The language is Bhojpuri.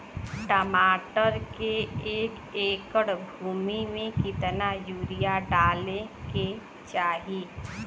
टमाटर के एक एकड़ भूमि मे कितना यूरिया डाले के चाही?